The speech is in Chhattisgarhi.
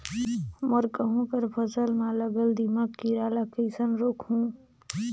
मोर गहूं कर फसल म लगल दीमक कीरा ला कइसन रोकहू?